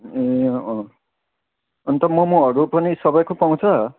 ए अँ अन्त मोमोहरू पनि सबैको पाउँछ